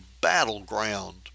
battleground